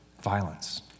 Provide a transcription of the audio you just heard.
Violence